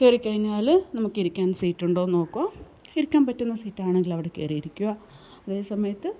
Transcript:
കയറിക്കഴിഞ്ഞാല് നമുക്ക് ഇരിക്കാൻ സീറ്റുണ്ടോ എന്ന് നോക്കുക ഇരിക്കാൻ പറ്റുന്ന സീറ്റാണെങ്കിൽ അവിടെ കയറി ഇരിക്കുക അതേസമയത്ത്